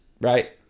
right